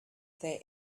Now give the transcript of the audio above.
they